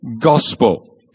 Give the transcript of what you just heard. gospel